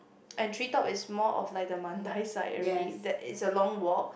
and tree top is more of like the Mandai side already that is a long walk